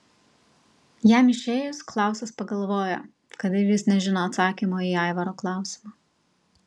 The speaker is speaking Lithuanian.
jam išėjus klausas pagalvoja kad ir jis nežino atsakymo į aivaro klausimą